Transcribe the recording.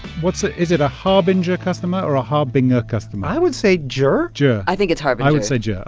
what so is it a harbinjer customer or a harbinger customer? i would say jer jer i think it's harbinger i would say jer. yeah